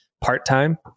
part-time